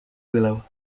willow